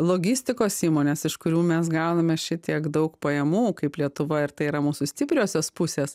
logistikos įmonės iš kurių mes gauname šitiek daug pajamų kaip lietuva ir tai yra mūsų stipriosios pusės